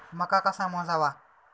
मका कसा मोजावा?